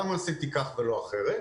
למה עשיתי כך ולא אחרת.